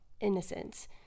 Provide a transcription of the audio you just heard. innocence